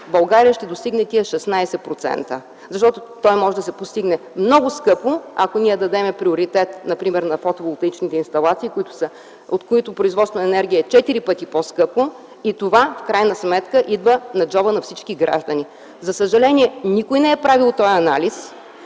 България ще достигне тези 16%. Той може да се постигне много скъпо, ако дадем приоритет примерно на фотоволтаичните инсталации, от които производството на електроенергия е четири пъти по-скъпо и това в крайна сметка ще отиде до джоба на всички граждани. За съжаление никой не е правил такъв анализ.